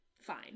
fine